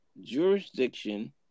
jurisdiction